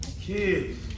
Kids